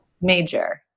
Major